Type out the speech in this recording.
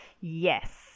Yes